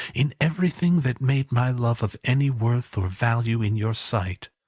in everything that made my love of any worth or value in your sight.